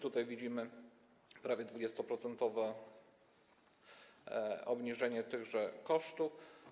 Tutaj widzimy prawie 20-procentowe obniżenie tychże kosztów.